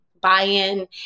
buy-in